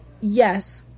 yes